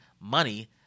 money